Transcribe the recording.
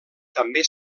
també